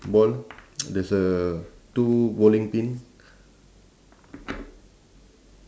ball there's a two bowling pin